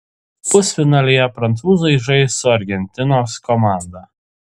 pusfinalyje prancūzai žais su argentinos komanda